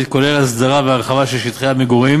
כולל הסדרה והרחבה של שטחי המגורים,